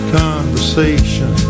conversation